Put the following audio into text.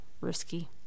risky